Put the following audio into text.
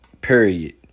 Period